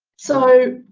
so